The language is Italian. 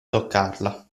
toccarla